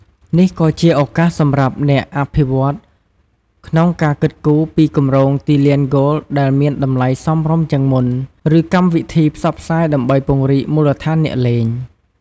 នេះក៏ជាឱកាសសម្រាប់អ្នកអភិវឌ្ឍន៍ ក្នុងការគិតគូរពីគម្រោងទីលានហ្គោលដែលមានតម្លៃសមរម្យជាងមុន ឬកម្មវិធីផ្សព្វផ្សាយដើម្បីពង្រីកមូលដ្ឋានអ្នកលេង។